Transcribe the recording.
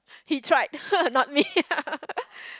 he tried not me